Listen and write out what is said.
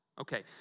Okay